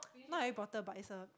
not Harry-Potter but it's a